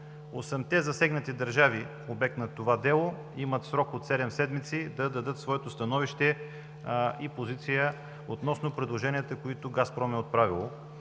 Осемте засегнати държави, обект на това дело, имат срок от седем седмици да дадат своето становище и позиция относно предложенията, които „Газпром“ е отправил